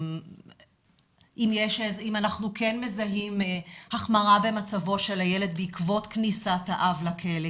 אם אנחנו כן מזהים החמרה במצבו של הילד בעקבות כניסת האב לכלא,